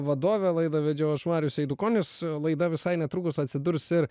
vadovė laivavedžio švarios eidukonis laida visai netrukus atsidurs ir